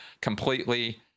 completely